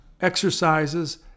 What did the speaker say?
exercises